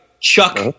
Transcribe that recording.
chuck